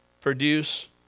produce